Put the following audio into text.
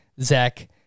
Zach